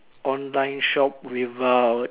online shop without